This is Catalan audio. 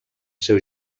seu